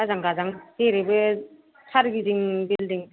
आजां गाजां जेरैबो सारिगिदिं बिलडिं